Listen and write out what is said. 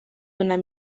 donar